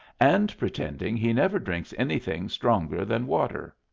and pretending he never drinks anything stronger than water.